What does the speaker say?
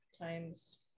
times